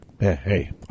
Hey